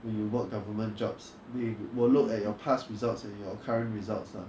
when you work government jobs we will look at your past results and your current results ah